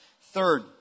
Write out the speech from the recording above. Third